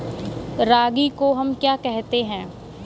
रागी को हम क्या कहते हैं?